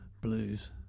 blues